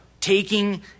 taking